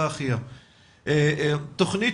תכנית